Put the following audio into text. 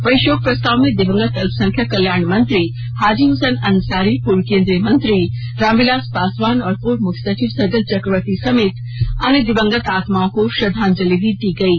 वहीं शोक प्रस्ताव में दिवंगत अल्पसंख्यक कल्याण मंत्री हाजी हसैन अंसारी पूर्व केंद्रीय मंत्री रामविलास पासवान और पूर्व मुख्य सचिव सजल चक्रवर्ती समेत अन्य दिवंगत आत्माओं को श्रद्वांजलि भी दी गयी